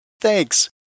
Thanks